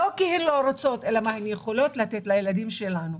לא כי הן לא רוצות אלא מה הן יכולות לתת לילדים שלנו.